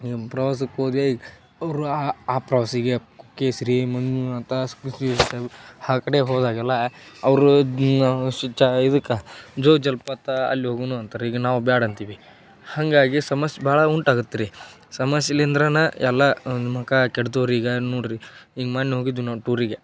ಈಗ ಪ್ರವಾಸಕ್ಕೋದ್ವಿ ಅವರು ಆ ಆ ಪ್ರವಾಸಿಗೆ ಕುಕ್ಕೆ ಶ್ರೀ ಮಂಜುನಾಥ ಆ ಕಡೆ ಹೋದಾಗೆಲ್ಲ ಅವರು ಇದಕ್ಕೆ ಜೋಗ ಜಲಪಾತ ಅಲ್ಲಿ ಹೋಗೋಣು ಅಂತಾರೆ ಈಗ ನಾವು ಬೇಡ ಅಂತೀವಿ ಹಾಗಾಗಿ ಸಮಸ್ಯ್ ಭಾಳ ಉಂಟಾಗತ್ತೆ ರೀ ಸಮಸ್ಯಿಂದ್ರನ ಎಲ್ಲ ಒಂದು ಮುಖ ಕೆಟ್ದೋರಿ ಈಗ ನೋಡಿರಿ ಈಗ ಮೊನ್ ಹೋಗಿದ್ವಿ ನಾವು ಟೂರಿಗೆ